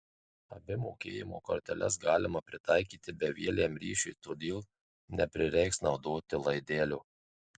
abi mokėjimo korteles galima pritaikyti bevieliam ryšiui todėl neprireiks naudoti laidelio